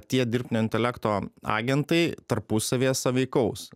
tie dirbtinio intelekto agentai tarpusavyje sąveikaus